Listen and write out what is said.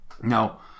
Now